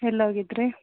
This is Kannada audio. ಎಲ್ಲೋಗಿದ್ರಿ